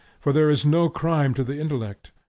for there is no crime to the intellect.